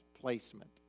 placement